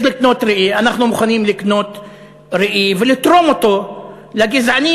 אנחנו מוכנים לקנות ראי ולתרום אותו לגזענים